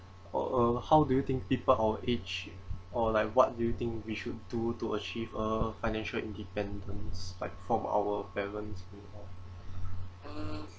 uh uh how do you think people our age or like what do you think we should do to achieve uh financial independence like from our parents